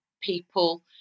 people